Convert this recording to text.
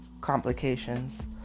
complications